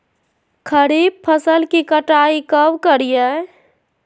खरीफ फसल की कटाई कब करिये?